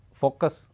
focus